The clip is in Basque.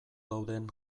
dauden